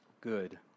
Good